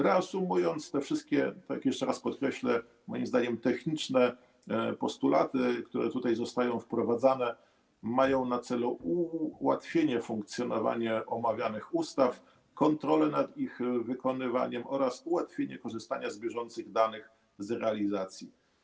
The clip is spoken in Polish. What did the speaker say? Reasumując, te wszystkie, jeszcze raz podkreślę, moim zdaniem techniczne postulaty, które tutaj są wprowadzane, mają na celu ułatwienie funkcjonowania omawianych ustaw, kontrolę nad ich wykonywaniem oraz ułatwienie korzystania z bieżących danych z realizacji.